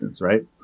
right